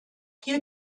hier